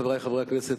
חברי חברי הכנסת,